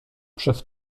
przez